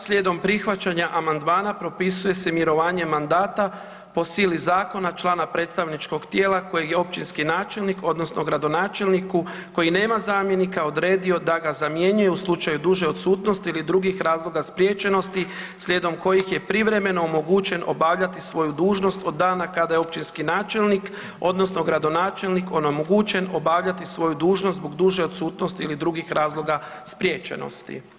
Slijedom prihvaćanja amandmana propisuje se mirovanje mandata po sili zakona člana predstavničkog tijela koji je općinski načelnik odnosno gradonačelniku koji nema zamjenika odredio da ga zamjenjuje u slučaju duže odsutnosti ili drugih razloga spriječenosti slijedom kojih je privremeno omogućen obavljati svoju dužnost od dana kada je općinski načelnik odnosno gradonačelnik onemogućen obavljati svoju dužnost zbog duže odsutnosti ilii drugih razloga spriječenosti.